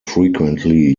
frequently